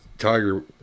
tiger